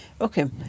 Okay